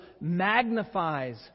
magnifies